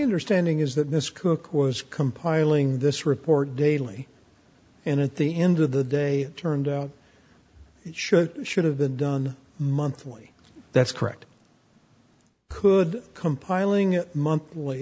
understanding is that this cook was compiling this report daily and at the end of the day turned out it should should have been done monthly that's correct could compiling it monthly